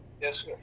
Yes